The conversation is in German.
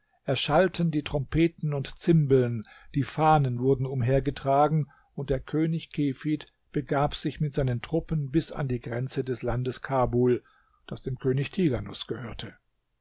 erschallten die trompeten und zimbeln die fahnen wurden umhergetragen und der könig kefid begab sich mit seinen truppen bis an die grenze des landes kabul das dem könig tighanus gehörte